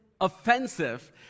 offensive